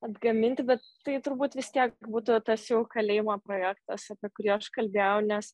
atgaminti bet tai turbūt vis tiek būtų tas jau kalėjimo projektas apie kurį aš kalbėjau nes